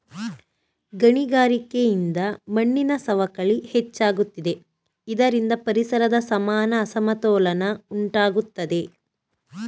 ಗಣಿಗಾರಿಕೆಯಿಂದ ಮಣ್ಣಿನ ಸವಕಳಿ ಹೆಚ್ಚಾಗುತ್ತಿದೆ ಇದರಿಂದ ಪರಿಸರದ ಸಮಾನ ಅಸಮತೋಲನ ಉಂಟಾಗುತ್ತದೆ